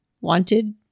wanted